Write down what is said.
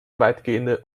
weitgehende